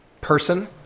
person